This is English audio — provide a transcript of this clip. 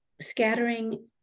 scattering